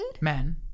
men